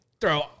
throw